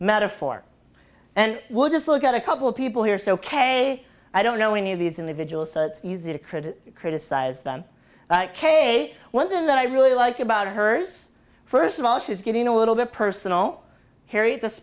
metaphor and would just look at a couple of people here so ok i don't know any of these individuals so it's easy to credit criticize them k one thing that i really like about hers first of all she's getting a little bit personal carry th